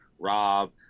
Rob